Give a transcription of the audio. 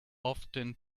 often